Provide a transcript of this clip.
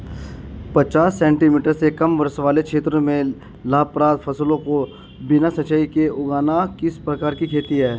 पचास सेंटीमीटर से कम वर्षा वाले क्षेत्रों में लाभप्रद फसलों को बिना सिंचाई के उगाना किस प्रकार की खेती है?